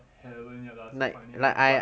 haven't yet lah still finding but